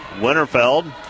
Winterfeld